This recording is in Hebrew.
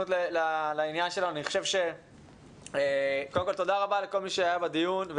תודה רבה לכל מי שהיה בדיון.